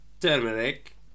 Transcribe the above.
Turmeric